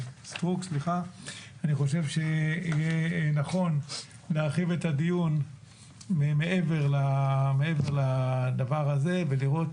אני חושב שיהיה נכון להרחיב את הדיון מעבר לדבר הזה ולראות